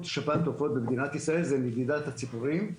שפעת העופות במדינה זה נדידת הציפורים,